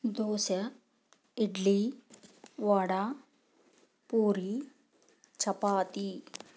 dosa idli vada puri chapati